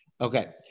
Okay